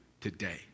today